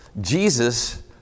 Jesus